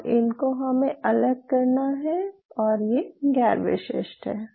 और इनको हमे अलग करना है और ये गैर विशिष्ट हैं